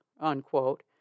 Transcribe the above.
unquote